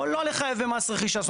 או לא לחייב במס רכישה.